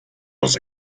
was